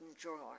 drawer